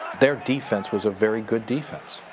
their defense was a very good defense.